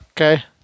Okay